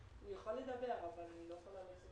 זה לא מונח על השולחן ככל הנראה כי שר הפנים לא חשב שיש